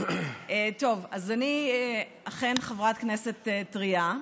אני אכן חברת כנסת טרייה,